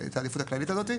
את העדיפות הכללית הזאת.